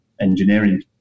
engineering